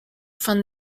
from